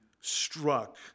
struck